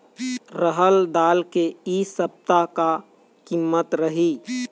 रहड़ दाल के इ सप्ता का कीमत रही?